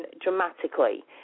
dramatically